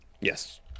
Yes